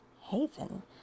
Haven